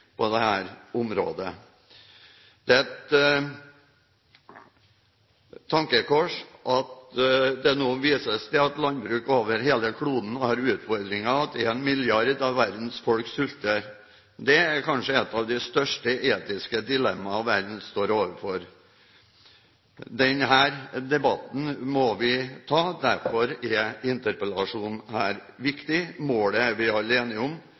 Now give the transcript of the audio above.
på dette området. Det er et tankekors at det nå vises til at landbruk over hele kloden har utfordringer, og at en milliard av verdens folk sulter. Det er kanskje et av de største etiske dilemmaer verden står overfor. Denne debatten må vi ta, derfor er denne interpellasjonen viktig. Målet er vi alle enige om: